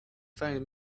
find